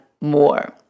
more